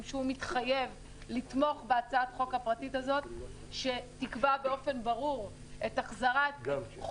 שהוא מתחייב לתמוך בהצעת החוק הפרטית הזו שתקבע באופן ברור את החובה